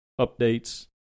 updates